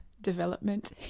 Development